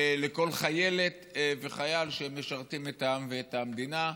לכל חיילת וחייל שמשרתים את העם ואת המדינה.